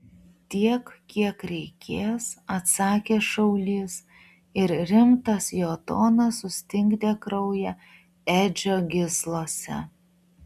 tiek kiek reikės atsakė šaulys ir rimtas jo tonas sustingdė kraują edžio gyslose